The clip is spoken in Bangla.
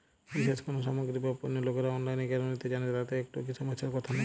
বিশেষ কোনো সামগ্রী বা পণ্য লোকেরা অনলাইনে কেন নিতে চান তাতে কি একটুও সমস্যার কথা নেই?